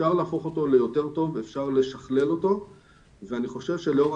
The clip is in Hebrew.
אפשר להפוך אותו ליותר טוב ואפשר לשכלל אותו ואני חושב שלאור